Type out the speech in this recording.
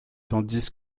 tandis